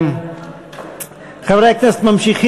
אתה צודק.